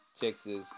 Texas